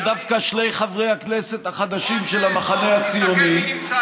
שדווקא שני חברי הכנסת החדשים של המחנה הציוני,